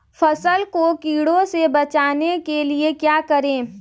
फसल को कीड़ों से बचाने के लिए क्या करें?